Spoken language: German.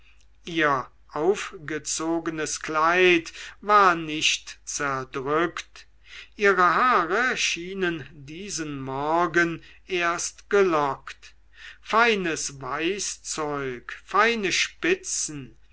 ihr aufgezogenes kleid war nicht zerdrückt ihre haare schienen diesen morgen erst gelockt feines weißzeug feine spitzen